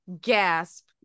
gasp